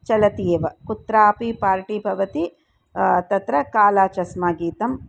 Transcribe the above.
चलति एव कुत्रापि पार्टि भवति तत्र कालाचस्मागीतम्